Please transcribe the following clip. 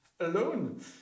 alone